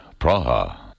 Praha